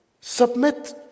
submit